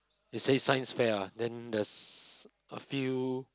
it says Science fair ah then there's a few